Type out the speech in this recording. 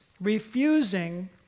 Refusing